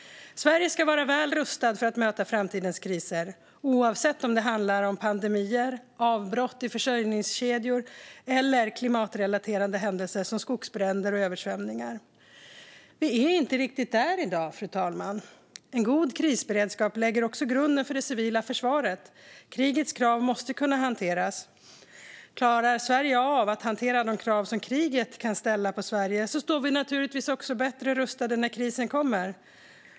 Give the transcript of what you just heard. Sverige ska vara väl rustat för att möta framtidens kriser oavsett om det handlar om pandemier, avbrott i försörjningskedjor eller klimatrelaterade händelser som skogsbränder och översvämningar. Vi är inte riktigt där i dag, fru talman. En god krisberedskap lägger också grunden för det civila försvaret. Krigets krav måste kunna hanteras. Klarar Sverige av att hantera de krav som kriget kan ställa på Sverige står vi naturligtvis också bättre rustade när krisen kommer.